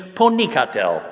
ponikatel